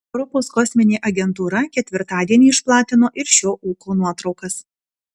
europos kosminė agentūra ketvirtadienį išplatino ir šio ūko nuotraukas